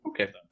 Okay